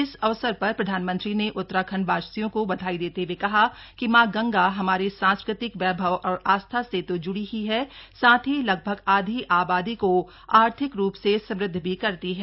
इस अवसर पर प्रधानमंत्री ने उत्तराखण्डवासियों को बधाई देते हए कहा कि मां गंगा हमारे सांस्कृतिक वैभव और आस्था से तो ज्ड़ी ही है साथ ही लगभग आधी आबादी को आर्थिक रूप से समुद्ध भी करती है